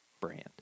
brand